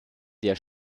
der